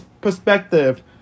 perspective